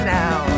now